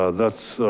ah that's,